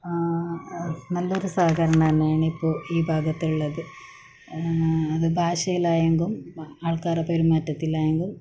ആ നല്ല ഒരു സഹകരണം തന്നെയാണ് ഇപ്പോൾ ഈ ഭാഗത്ത് ഉള്ളത് അത് ഭാഷയിലായെങ്കും ആൾക്കാരെ പെരുമാറ്റത്തിലായെങ്കും